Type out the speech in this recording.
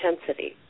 intensity